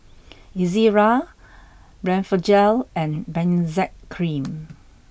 Ezerra Blephagel and Benzac cream